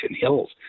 Hills